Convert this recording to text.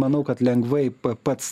manau kad lengvai pats